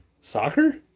Soccer